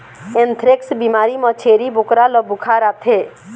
anthrax बिमारी म छेरी बोकरा ल बुखार आथे